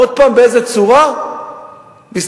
עוד פעם, באיזו צורה?